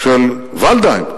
של ולדהיים,